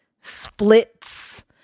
splits